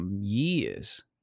years